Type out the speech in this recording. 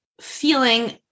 feeling